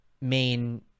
main